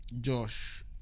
Josh